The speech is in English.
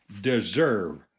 deserve